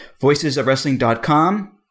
Voicesofwrestling.com